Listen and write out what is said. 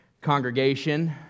congregation